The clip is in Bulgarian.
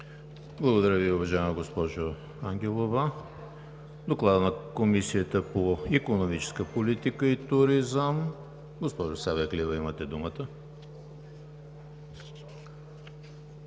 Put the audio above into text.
Благодаря Ви, уважаема госпожо Ангелова. Доклад на Комисията по икономическа политика и туризъм. Госпожо Савеклиева, имате думата.